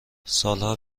سالها